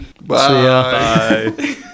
Bye